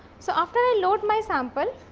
so, after load my sample,